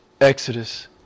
Exodus